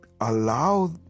allow